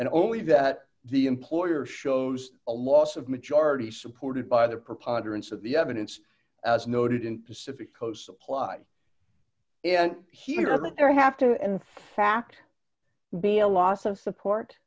and only that the employer shows a loss of majority supported by the preponderance of the evidence as noted in pacific coast supply here there have to in fact